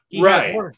right